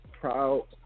proud